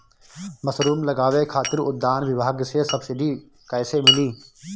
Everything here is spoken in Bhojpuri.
मशरूम लगावे खातिर उद्यान विभाग से सब्सिडी कैसे मिली?